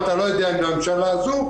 אתה לא יודע אם הממשלה הזאת,